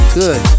good